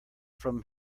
from